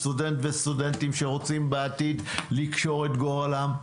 סטודנט וסטודנטים שרוצים בעתיד לקשור את גורלם.